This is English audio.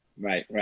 right, right.